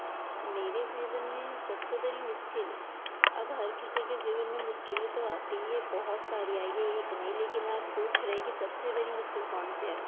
मेरे जीवन में सबसे बड़ी मुश्किल अब हर किसी के ज़ीवन में मुश्किलें तो आती हैं बहुत सारी आएगी एक नहीं लेकिन आप पूछ रहे कि सबसे बड़ी मुश्किल कौन सी आई